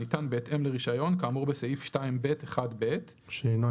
הניתן בהתאם לרישיון כאמור בסעיף 2(ב)(1)(ב); (1)שירות